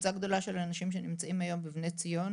קבוצה גדולה של אנשים שנמצאים היום בבני ציון